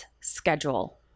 schedule